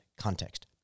context